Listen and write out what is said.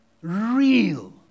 real